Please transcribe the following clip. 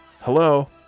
Hello